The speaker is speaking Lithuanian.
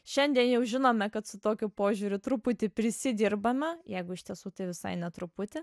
šiandien jau žinome kad su tokiu požiūriu truputį prisidirbama jeigu iš tiesų tai visai ne truputį